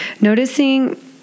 noticing